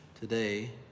today